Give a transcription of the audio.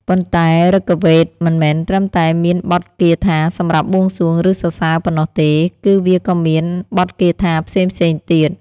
ប៉ុន្តែ ឫគវេទមិនមែនត្រឹមតែមានបទគាថាសម្រាប់បួងសួង ឬសរសើរប៉ុណ្ណោះទេ គឺវាក៏មាន បទគាថាផ្សេងៗទៀត។